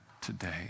today